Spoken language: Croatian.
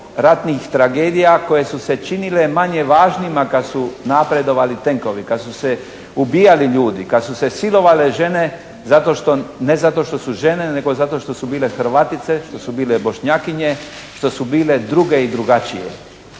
ratnih tragedija koje su se činile manje važnima kad su napredovali tenkovi, kad su se ubijali ljudi, kad su se silovale žene ne zato što su žene nego zato što su bile Hrvatice, što su bile Bošnjakinje, što su bile druge i drugačije.